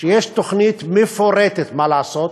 שיש תוכנית מפורטת מה לעשות,